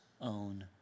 own